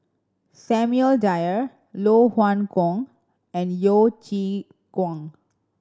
Samuel Dyer Loh Hoong Kwan and Yeo Chee Kiong